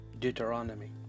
Deuteronomy